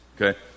okay